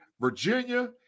Virginia